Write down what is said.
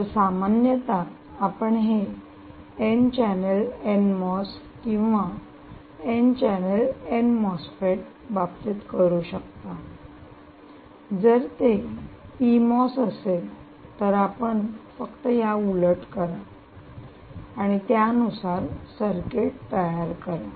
तर सामान्यत आपण हे एन चॅनेल एन मॉस किंवा एन चॅनेल एन मॉसफेट बाबतीत करू शकता जर ते पी मॉस असेल तर आपण फक्त या उलट करा आणि त्यानुसार सर्किट तयार करा